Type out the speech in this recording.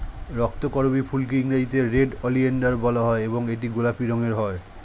রক্তকরবী ফুলকে ইংরেজিতে red oleander বলা হয় এবং এটি গোলাপি রঙের হয়